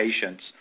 patients